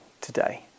today